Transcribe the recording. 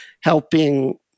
helping